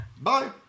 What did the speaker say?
Bye